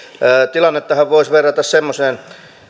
tilannettahan voisi verrata semmoiseen